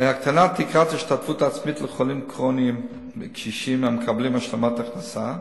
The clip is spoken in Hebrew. הקטנת תקרת ההשתתפות העצמית לחולים כרוניים קשישים המקבלים השלמת הכנסה,